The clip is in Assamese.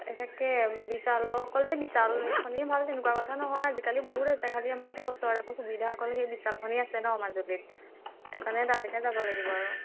এনেকৈ বিশালৰ অকল যে বিশালখনেই ভাল তেনেকুৱা কথা নহয় আজিকালি বহুত আছে খালী আমাৰ এতিয়া ওচৰত আকৌ সুবিধা অকল সেই বিশালখনেই আছে ন মাজুলীত সেইটো কাৰণে তালৈকে যাব লাগিব আৰু